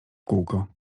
kółko